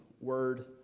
word